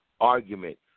argument